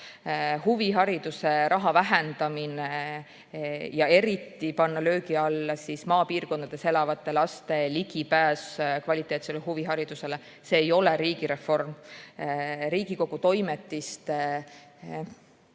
Huvihariduse raha vähendamine, pannes löögi alla eriti maapiirkondades elavate laste ligipääs kvaliteetsele huviharidusele, ei ole riigireform. Riigikogu Toimetiste